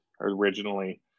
originally